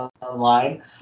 online